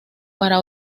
para